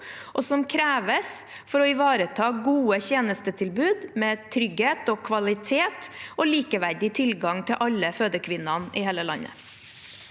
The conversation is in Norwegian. og som kreves for å ivareta gode tjenestetilbud med trygghet, kvalitet og likeverdig tilgang for alle fødekvinnene i hele landet.